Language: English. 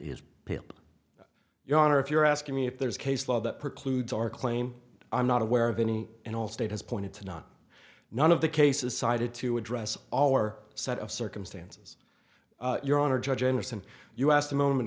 is your honor if you're asking me if there's case law that precludes our claim i'm not aware of any and all state has pointed to not none of the cases cited to address our set of circumstances your honor judge anderson you asked a moment